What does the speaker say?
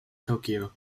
tokyo